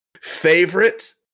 Favorite